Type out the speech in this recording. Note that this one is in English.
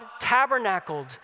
tabernacled